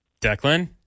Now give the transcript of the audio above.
Declan